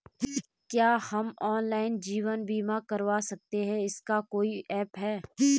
क्या हम ऑनलाइन जीवन बीमा करवा सकते हैं इसका कोई ऐप है?